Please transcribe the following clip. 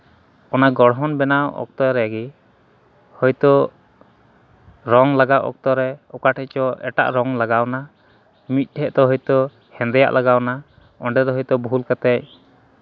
ᱚᱱᱟ ᱜᱚᱲᱦᱚᱱ ᱵᱮᱱᱟᱣ ᱚᱠᱛᱚ ᱨᱮᱜᱮ ᱦᱳᱭ ᱛᱚ ᱨᱚᱝ ᱞᱟᱜᱟᱣ ᱚᱠᱛᱚ ᱨᱮ ᱚᱠᱟ ᱴᱷᱮᱱ ᱪᱚᱜ ᱮᱴᱟᱹᱜ ᱨᱚᱝ ᱞᱟᱜᱟᱣᱱᱟ ᱢᱤᱫ ᱴᱷᱮᱱ ᱫᱚ ᱦᱳᱭ ᱛᱚ ᱦᱮᱸᱫᱮᱭᱟᱜ ᱞᱟᱜᱟᱣᱱᱟ ᱚᱸᱰᱮ ᱫᱚ ᱦᱳᱭ ᱛᱚ ᱵᱷᱩᱞ ᱠᱟᱛᱮᱫ